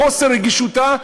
בחוסר רגישותה,